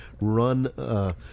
run